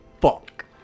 fuck